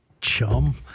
Chum